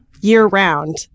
year-round